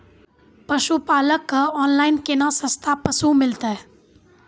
पशुपालक कऽ ऑनलाइन केना सस्ता पसु मिलतै?